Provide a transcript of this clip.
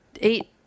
eight